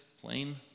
plain